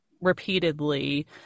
repeatedly